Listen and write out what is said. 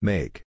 Make